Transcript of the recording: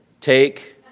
take